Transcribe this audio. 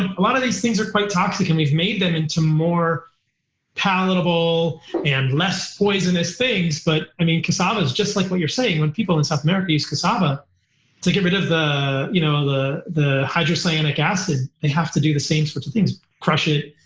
and a lot of these things are quite toxic and we've made them into more palatable and less poisonous things. but i mean, cassava is just like what you're saying. when people in south america use cassava to get rid of the you know the hydrocyanic acid, they have to do the same sorts of things, crush it,